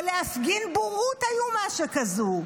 או להפגין בורות איומה שכזו?